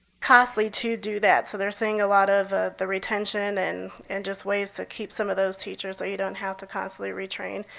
costly to do that. so they're seeing a lot of ah the retention and and just ways to keep some of those teachers so you don't have to constantly retrain.